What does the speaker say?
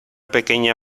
pequeña